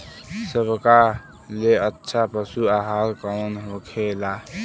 सबका ले अच्छा पशु आहार कवन होखेला?